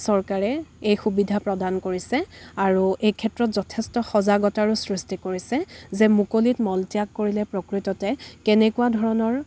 চৰকাৰে এই সুবিধা প্ৰদান কৰিছে আৰু এই ক্ষেত্ৰত যথেষ্ট সজাগতাৰো সৃষ্টি কৰিছে যে মুকলিত মলত্যাগ কৰিলে প্ৰকৃততে কেনেকুৱা ধৰণৰ